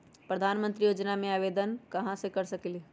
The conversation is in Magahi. प्रधानमंत्री योजना में आवेदन कहा से कर सकेली?